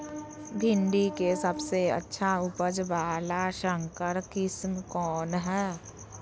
भिंडी के सबसे अच्छा उपज वाला संकर किस्म कौन है?